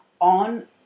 on